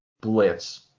blitz